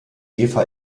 eva